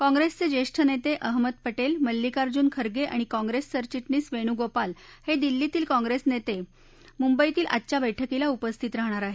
काँप्रेसचे ज्येष्ठ नेते अहमद पटेल प्रदेश मल्लिकार्जुन खर्गे आणि काँग्रेस सरचिटणीस वेणूगोपाल हे दिल्लीतील काँग्रेस नेते मुंबईतील आजच्या बैठकीला उपस्थित राहणार आहेत